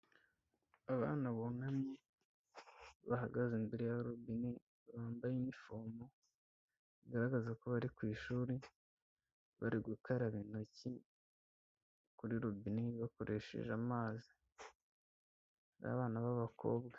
Abana bunamye, bahagaze imbere ya robine, bambaye inifomu, bigaragaza ko bari ku ishuri, bari gukaraba intoki kuri rubine bakoresheje amazi, ni abana b'abakobwa.